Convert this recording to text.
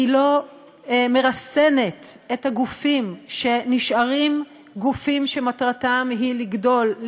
היא לא מרסנת את הגופים שנשארים גופים שמטרתם היא לגדול,